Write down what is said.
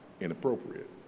inappropriate